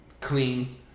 clean